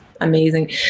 amazing